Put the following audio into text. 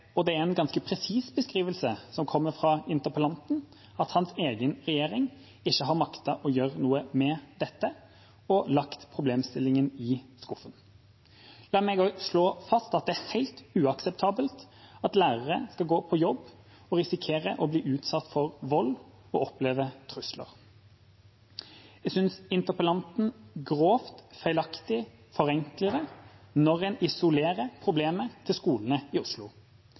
Og det er en ganske presis beskrivelse som kommer fra interpellanten, at hans egen regjering ikke har maktet å gjøre noe med dette og har lagt problemstillingen i skuffen. La meg også slå fast at det er helt uakseptabelt at lærere skal gå på jobb og risikere å bli utsatt for vold og oppleve trusler. Jeg synes interpellanten grovt og feilaktig forenkler det når en isolerer problemet til skolene i Oslo.